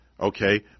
okay